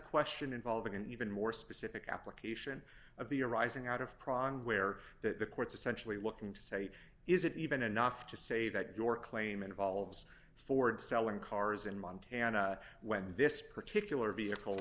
question involving an even more specific application of the arising out of pran where that the court's essentially looking to say is it even enough to say that your claim involves ford selling cars in montana when this particular vehicle